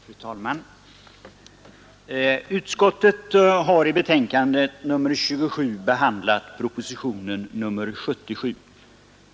Fru talman! Skatteutskottet har i sitt betänkande nr 27 behandlat propositionen 77.